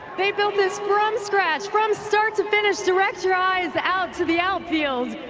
they built this from scratch, from start to finish, direct your eyes out to the outfield,